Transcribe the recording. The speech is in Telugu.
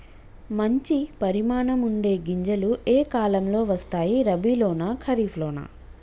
మంచి పరిమాణం ఉండే గింజలు ఏ కాలం లో వస్తాయి? రబీ లోనా? ఖరీఫ్ లోనా?